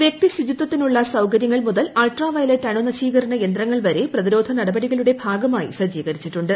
വ്യക്തിശുചിത്വത്തിനുള്ള സൌകര്യങ്ങൾ മുതൽ ultraviolet അണുനശീകരണ യന്ത്രങ്ങൾ പ്പ്ക്ര പ്രതിരോധ നടപടികളുടെ ഭാഗമായി സജ്ജീകരിച്ചിട്ടുണ്ട്